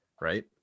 right